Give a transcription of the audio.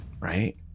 right